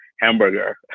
hamburger